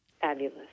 Fabulous